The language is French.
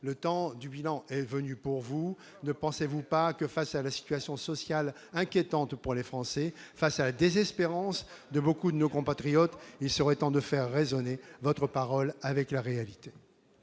Le temps du bilan est venu. Ne pensez-vous pas que, face à la situation sociale inquiétante que connaissent les Français, face à la désespérance de beaucoup de nos compatriotes, il serait temps de faire résonner vos paroles avec la réalité ?